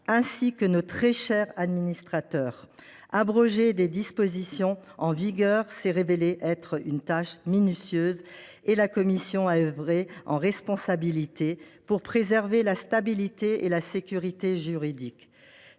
rapporteure Nathalie Delattre. Abroger des dispositions en vigueur s’est révélé être une tâche minutieuse. La commission a œuvré en responsabilité pour préserver la stabilité et la sécurité juridiques.